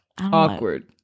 awkward